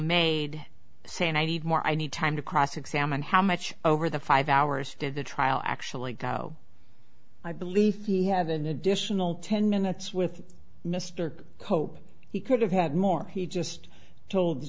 made saying i need more i need time to cross examine how much over the five hours did the trial actually go i believe he had an additional ten minutes with mr cope he could have had more he just told